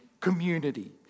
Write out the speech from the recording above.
community